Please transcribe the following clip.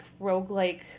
roguelike